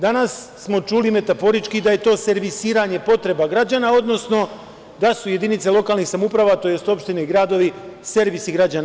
Danas smo čuli metaforički da je to servisiranje potreba građana, odnosno da su jedinice lokalnih samouprava, to jest opštine i gradovi servisi građana.